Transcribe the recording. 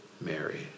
Mary